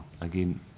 again